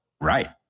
Right